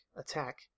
attack